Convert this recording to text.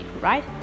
right